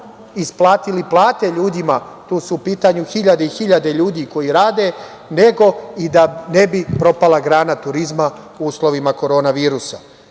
isplatili plate ljudima, tu su u pitanju hiljade i hiljade ljudi koji rade, nego i da ne bi propala grana turizma u uslovima korona